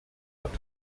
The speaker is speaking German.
hat